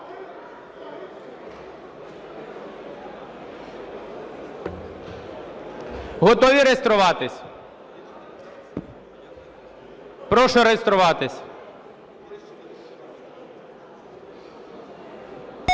Готові реєструватись? Прошу реєструватись.